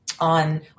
on